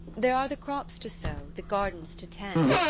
there are the crops to sow, the gardens to tend.